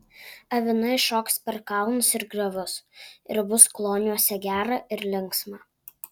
avinai šoks per kalnus ir griovius ir bus kloniuose gera ir linksma